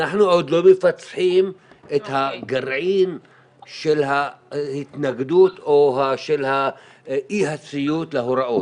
אנחנו עוד לא מפצחים את הגרעין של ההתנגדות או של אי הציות להוראות.